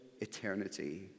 eternity